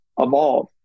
evolve